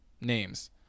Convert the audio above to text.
names